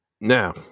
Now